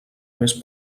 més